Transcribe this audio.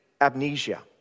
amnesia